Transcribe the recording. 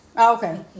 Okay